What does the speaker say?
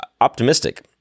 optimistic